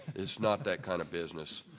it s not that kind of business.